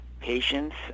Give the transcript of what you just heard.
patients